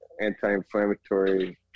anti-inflammatory